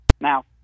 Now